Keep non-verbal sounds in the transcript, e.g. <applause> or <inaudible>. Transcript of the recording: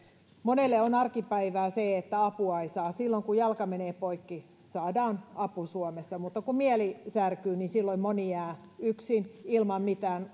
monelle on arkipäivää se että apua ei saa silloin kun jalka menee poikki saadaan apu suomessa mutta kun mieli särky niin silloin moni jää yksin ilman mitään <unintelligible>